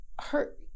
hurt